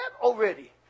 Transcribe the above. already